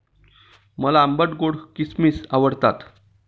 मला आंबट गोड किसमिस आवडतात